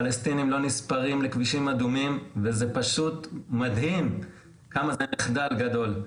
פלסטינים לא נספרים לכבישים אדומים וזה פשוט מדהים כמה זה מחדל גדול.